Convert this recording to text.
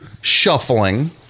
shuffling